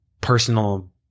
personal